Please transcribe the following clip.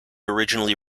originally